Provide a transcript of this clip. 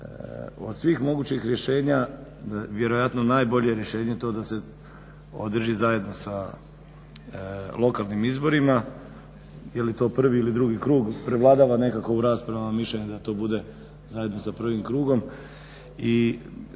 od svih mogućih rješenja, da je vjerojatno najbolje rješenje to da se održi zajedno sa lokalnim izborima. Je li to prvi ili drugi krug? Prevladava nekako u raspravama mišljenje da to bude zajedno sa prvim krugom